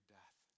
death